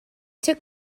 took